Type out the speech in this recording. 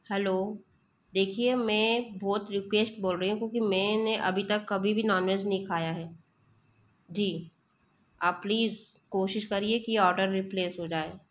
hello देखिये मैं बहुत रिकुएस्ट बोल रही हूँ क्योंकि मैंने अभी तक कभी भी नॉनवेज नहीं खाया है जी आप प्लीज़ कोशिश करिए कि ये ओडर रेप्लेस हो जाए